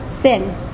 sin